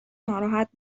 ناراحت